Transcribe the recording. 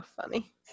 funny